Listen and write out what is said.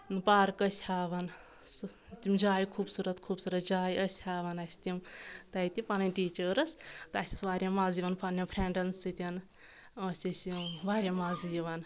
پارکہٕ ٲسۍ ہاوان سۄ تِم جایہِ خوٗبصوٗرت خوٗبصوٗرت جایہِ ٲسۍ ہاوان اَسہِ تِم تَتہِ پَنٕنۍ ٹیٖچٲرٕس تہٕ اَسہِ ٲس واریاہ مزٕ یِوان پننؠن فرینڈن سۭتۍ ٲسۍ أسۍ یِم واریاہ مَزٕ یِوان